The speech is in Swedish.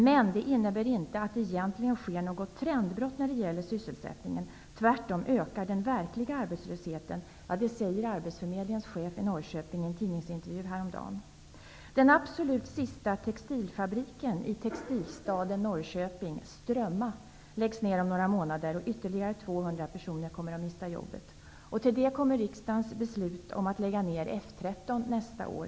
''Men det innebär inte att det egentligen sker något trendbrott när det gäller sysselsättningen. Tvärtom ökar den verkliga arbetslösheten.'' Det sade arbetsförmedlingens chef i Norrköping i en tidningsintervju häromdagen. Norrköping, Strömma, läggs ner om några månader, och ytterligare 200 personer kommer att mista jobbet. Till detta kommer riksdagens beslut att lägga ner F 13 nästa år.